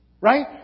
Right